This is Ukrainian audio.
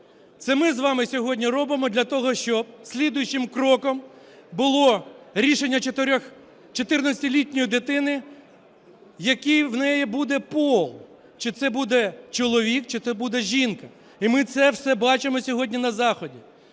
Це ми з вами сьогодні робимо для того, щоб слідуючим кроком було рішення 14-літньої дитини, який в неї буде пол: чи це буде чоловік, чи це буде жінка. І ми це все бачимо сьогодні на Заході.